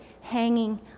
hanging